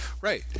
Right